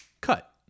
cut